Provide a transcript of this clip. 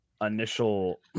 initial